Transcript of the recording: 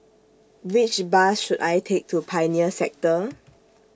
Which Bus should I Take to Pioneer Sector